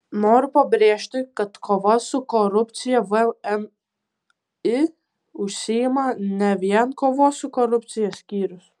noriu pabrėžti kad kova su korupcija vmi užsiima ne vien kovos su korupcija skyrius